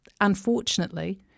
unfortunately